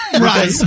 Right